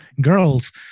girls